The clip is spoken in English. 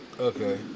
Okay